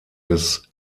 des